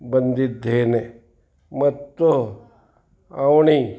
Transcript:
ಬಂದಿದ್ದೇನೆ ಮತ್ತು ಅವನಿ